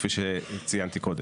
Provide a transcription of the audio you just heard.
כפי שציינתי קודם.